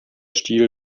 stiel